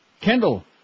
Kendall